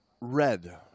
red